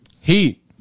Heat